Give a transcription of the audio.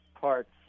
parts